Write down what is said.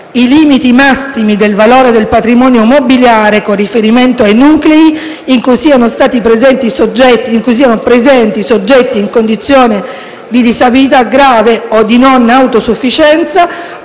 i limiti massimi del valore del patrimonio mobiliare con riferimento ai nuclei in cui siano presenti soggetti in condizione di disabilità grave o di non autosufficienza